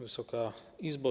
Wysoka Izbo!